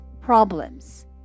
problems